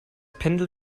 pendel